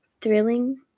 thrilling